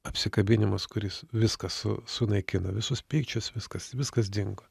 apsikabinimas kuris viską su sunaikina visus pykčius viskas viskas dingo